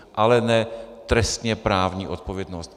Ale ne trestněprávní odpovědnost.